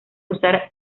usar